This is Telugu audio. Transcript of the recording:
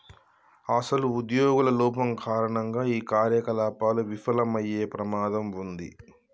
అసలు ఉద్యోగుల లోపం కారణంగా ఈ కార్యకలాపాలు విఫలమయ్యే ప్రమాదం ఉంది